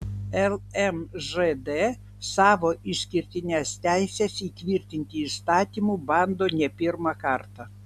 lmžd savo išskirtines teises įtvirtinti įstatymu bando ne pirmą kartą